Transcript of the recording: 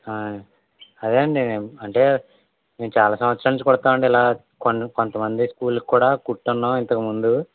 అదే అండి అంటే మేము చాలా సంవత్సరాల నుంచి కుడున్నామండి ఇలా కొంత మంది స్కూళ్ళు కూడా కుట్టి ఉన్నాము ఇంతకుముందు